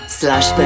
slash